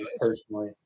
personally